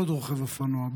עוד רוכב אופנוע,